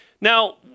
Now